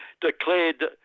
declared